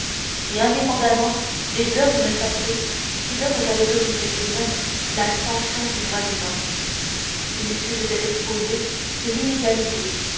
et indépendamment des dogmes sacrés qui donnent à l'autorité souveraine la sanction du droit divin il suit de cet exposé que l'inégalité